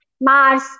Mars